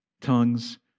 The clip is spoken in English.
tongues